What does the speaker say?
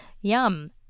Yum